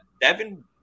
Devin